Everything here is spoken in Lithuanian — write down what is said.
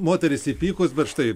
moteris įpykus bet štai